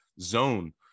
zone